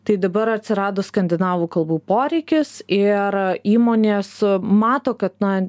tai dabar atsiradus skandinavų kalbų poreikis ir įmonės mato kad na